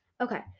Okay